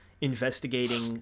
investigating